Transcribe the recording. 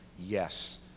yes